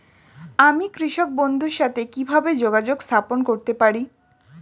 আমি কৃষক বন্ধুর সাথে কিভাবে যোগাযোগ স্থাপন করতে পারি?